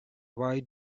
why